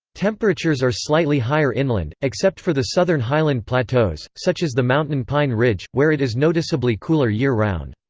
temperatures are slightly higher inland, except for the southern highland plateaus, such as the mountain pine ridge, where it is noticeably cooler year round.